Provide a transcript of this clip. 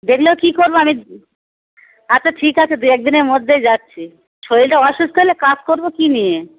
দেখলেও কী করবো আমি আচ্ছা ঠিক আছে দু এক দিনের মধ্যেই যাচ্ছি শরিরটা অসুস্থ হলে কাজ করবো কী নিয়ে